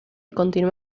continuó